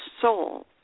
soul